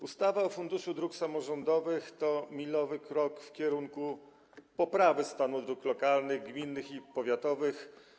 Ustawa o Funduszu Dróg Samorządowych to milowy krok w kierunku poprawy stanu dróg lokalnych: gminnych i powiatowych.